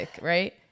right